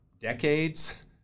decades